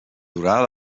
durada